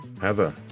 Heather